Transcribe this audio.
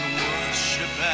worship